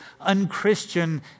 unchristian